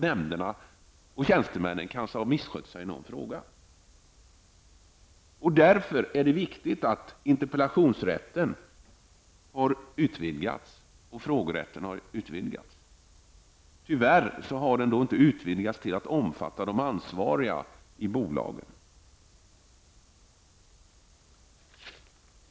Nämnder eller tjänstemän kan ju ha misskött sig i någon fråga. Därför är det viktigt att interpellations och frågerätten har utvidgats. Tyvärr har den rätten inte utvidgats till att omfatta de ansvariga i bolagen.